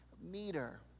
meter